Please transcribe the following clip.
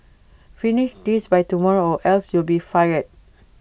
finish this by tomorrow or else you'll be fired